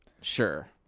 Sure